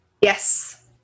Yes